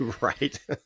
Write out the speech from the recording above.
right